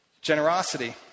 Generosity